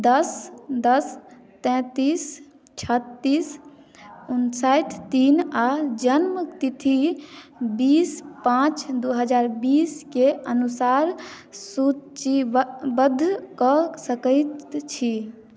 दस दस तैतीस छत्तीस उनसैठ तीन आ जन्म तिथि बीस पाँच दू हजार बीस के अनुसार सूचीबद्ध कऽ सकैत छी